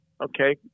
okay